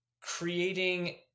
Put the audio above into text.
creating